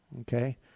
Okay